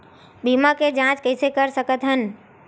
बीमा के जांच कइसे कर सकत हन?